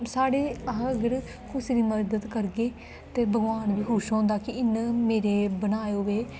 साढ़े आहें अगर कुसै दी मदद करगे ते भगवान बी खुश होंदा कि इ'न्ने मेरे बनाए हुए